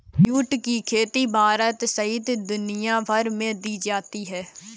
जुट की खेती भारत सहित दुनियाभर में की जाती है